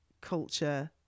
culture